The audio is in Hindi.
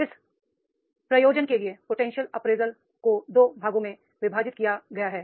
इस प्रयोजन के लिए पोटेंशियल अप्रेजल को 2 भागों में विभाजित किया गया है